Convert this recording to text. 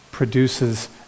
produces